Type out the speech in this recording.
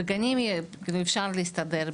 בגנים אפשר להסתדר.